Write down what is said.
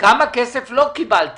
כמה כסף לא קיבלתם?